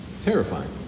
terrifying